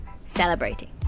celebrating